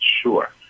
sure